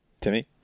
Timmy